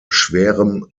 schwerem